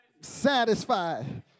satisfied